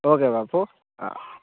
okay Bapu